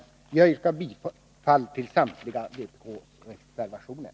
Jag yrkar bifall till samtliga vpk-reservationer.